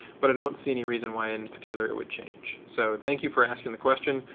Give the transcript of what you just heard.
but i don't see any reason why in particular it would change. so thank you for asking the question.